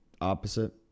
opposite